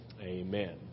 Amen